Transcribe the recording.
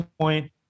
Point